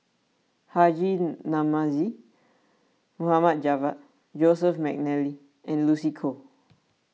Haji Namazie Mohd Javad Joseph McNally and Lucy Koh